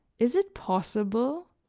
is it possible,